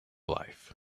life